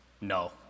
No